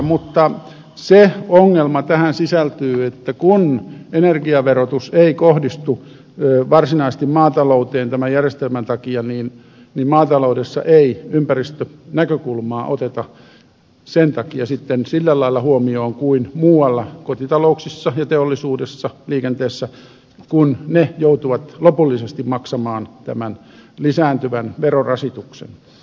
mutta se ongelma tähän sisältyy että kun energiaverotus ei kohdistu varsinaisesti maatalouteen tämän järjestelmän takia niin maataloudessa ei ympäristönäkökulmaa oteta sen takia sillä lailla huomioon kuin muualla kotitalouksissa teollisuudessa ja liikenteessä kun ne joutuvat lopullisesti maksamaan tämän lisääntyvän verorasituksen